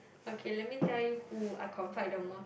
okay let me tell you who I confide the most